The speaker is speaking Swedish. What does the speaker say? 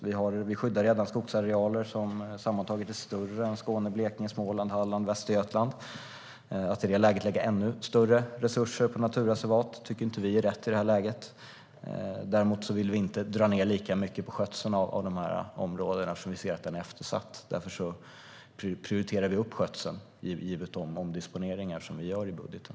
Vi skyddar redan skogsarealer som sammantaget är större än Skåne, Blekinge, Småland, Halland och Västergötland. Att i det läget lägga ännu större resurser på naturreservat tycker vi inte är rätt. Däremot vill vi inte dra ned lika mycket på skötseln av dessa områden eftersom vi ser att den är eftersatt. Därför prioriterar vi upp skötseln, givet de omdisponeringar som vi gör i budgeten.